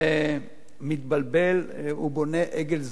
העם מתבלבל ובונה עגל זהב.